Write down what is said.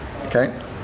okay